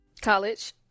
College